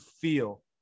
feel